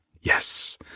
Yes